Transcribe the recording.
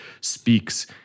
speaks